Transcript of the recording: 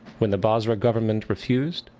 when the basra government refused,